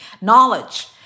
Knowledge